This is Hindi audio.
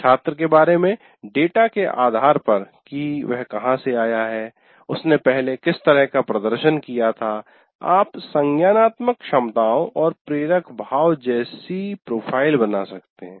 छात्र के बारे में डेटा के आधार पर कि वह कहाँ से आया है उसने पहले किस तरह का प्रदर्शन किया था आप संज्ञानात्मक क्षमताओं और प्रेरक भाव जैसी प्रोफ़ाइल बना सकते हैं